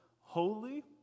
holy